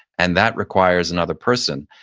and that requires another person.